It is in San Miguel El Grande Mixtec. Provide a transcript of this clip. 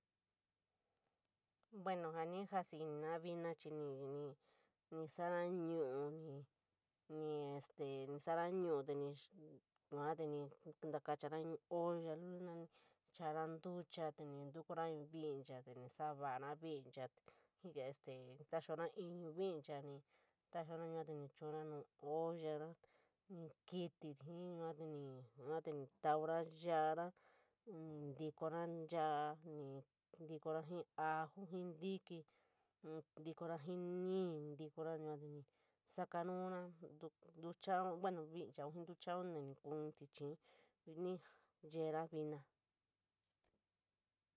Bueno jani jesíí inna viina chií, ñíñi, sa’ora ñuu nuu ñi, ñi este sa’ora ñuu yuu te naa kaachara in olla luliina, ñi chaora ñtocha, ñi ñtokoura in vincha, sa’ora vincha, yuu este ññtokoura in vincha ñtokoura, yua te ñi chuuro nuu ollara te ñi kinnituu yuu, yuu te taara yaiara, ñi ñtinkarai yuu, ñi ñtinkarai jii yuu, yuu te taara ñuu ñi ñtikarei yuu te ñi sakanuura ñtocha, buuno viina jeniituu ñtocha, ñi kuu in tichií ñiinií ñi yeea viina.